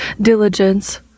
diligence